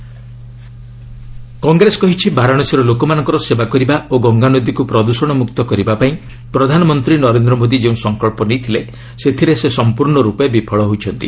Congress PM Congress କହିଛି ବାରାଣସୀର ଲୋକମାନଙ୍କର ସେବା କରିବା ଓ ଗଙ୍ଗାନଦୀକୁ ପ୍ରଦୃଷଣ ମୁକ୍ତ କରିବା ପାଇଁ ପ୍ରଧାନମନ୍ତ୍ରୀ ନରେନ୍ଦ୍ର ମୋଦି ଯେଉଁ ସଂକଳ୍ପ ନେଇଥିଲେ ସେଥିରେ ସେ ସମ୍ପୂର୍ଣ୍ଣ ରୂପେ ବିଫଳ ହୋଇଛନ୍ତି